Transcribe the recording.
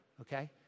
okay